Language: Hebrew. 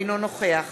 אינו נוכח